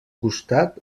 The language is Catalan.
costat